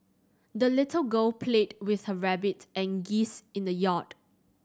the little girl played with her rabbit and geese in the yard